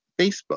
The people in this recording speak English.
Facebook